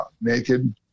naked